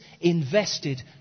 invested